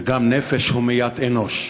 וגם נפש הומיית אנוש.